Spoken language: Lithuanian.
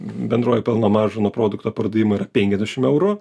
bendroji pelno marža nuo produkto pardavimo yra penkiasdešim eurų